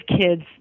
kids